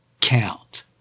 count